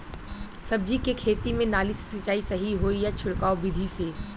सब्जी के खेती में नाली से सिचाई सही होई या छिड़काव बिधि से?